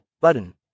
Button